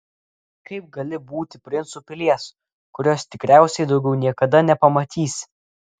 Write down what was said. kaip gali būti princu pilies kurios tikriausiai daugiau niekada nepamatysi